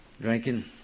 drinking